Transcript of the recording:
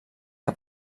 que